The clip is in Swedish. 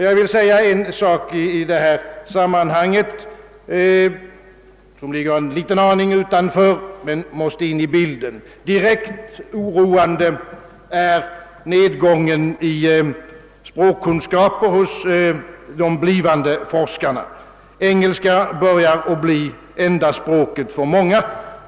Jag vill i detta sammanhang beröra en fråga som ligger något utanför det vi diskuterar men som måste in i bilden, nämligen den direkt oroande nedgången i språkkunskaper hos de blivande forskarna. Engelska börjar bli det enda språket för många.